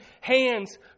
hands